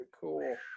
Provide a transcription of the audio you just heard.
cool